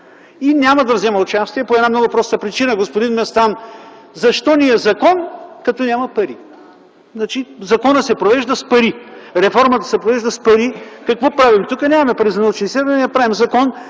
и няма да взема участие по една много проста причина. Господин Местан, защо ни е закон като няма пари? Законът се провежда с пари, реформата се провежда с пари. Какво правим тук? Нямаме пари за научни изследвания, правим закон,